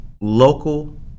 local